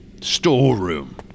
Storeroom